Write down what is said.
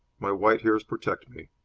my white hairs protect me.